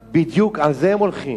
בדיוק על זה הם הולכים.